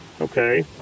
Okay